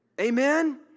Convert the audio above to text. Amen